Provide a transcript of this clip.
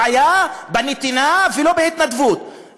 אין לנו בעיה לא בנתינה ולא בהתנדבות,